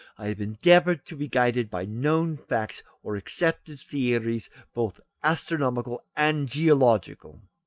i have endeavoured to be guided by known facts or accepted theories both astronomical and geological.